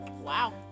Wow